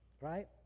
right